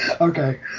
Okay